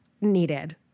needed